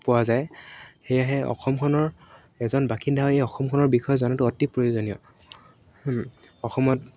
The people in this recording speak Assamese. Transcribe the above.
পোৱা যায় সেয়েহে অসমখনৰ এজন বাসিন্দা এই অসমখনৰ বিষয়ে জনাটো অতি প্ৰয়োজনীয় অসমত